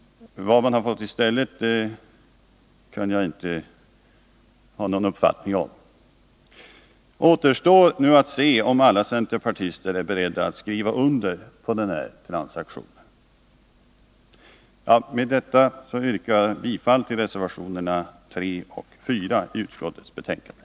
Vad man har fått i stället har jag ingen uppfattning om. Det återstår nu att se om alla centerpartister är beredda att skriva under på den transaktionen. Med detta yrkar jag bifall till reservationerna 3 och 4 vid utskottets betänkande.